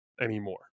anymore